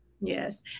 Yes